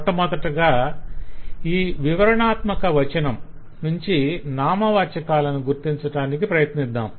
మొట్టమొదటగా ఈ వివరణాత్మక వచనం నుంచి నామవాచకాలను గుర్తించటానికి ప్రయత్నిద్దాం